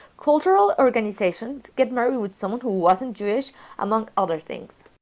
cultural organizations, get married with someone who wasn't jewish among other things